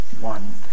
one